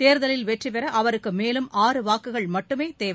தேர்தலில் வெற்றிபெற அவருக்கு மேலும் ஆறு வாக்குகள் மட்டுமே தேவை